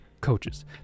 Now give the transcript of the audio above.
coaches